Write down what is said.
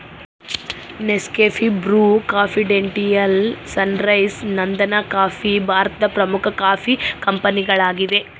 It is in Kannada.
ನೆಸ್ಕೆಫೆ, ಬ್ರು, ಕಾಂಫಿಡೆಂಟಿಯಾಲ್, ಸನ್ರೈಸ್, ನಂದನಕಾಫಿ ಭಾರತದ ಪ್ರಮುಖ ಕಾಫಿ ಕಂಪನಿಗಳಾಗಿವೆ